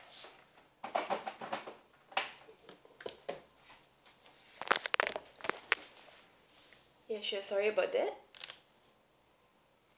yes sure sorry about that